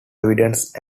evidence